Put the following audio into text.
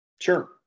Sure